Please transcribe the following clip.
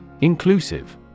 Inclusive